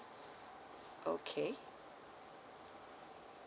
okay